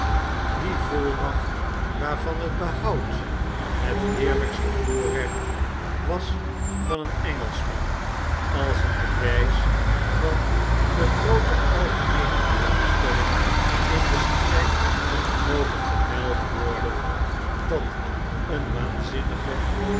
die volmacht waarvan het behoud het heeriykste voorrecht was van een engelschman als een bewijs van de groote algemeene belangstellingin den stryd moge vermeld worden dat een waanzinnige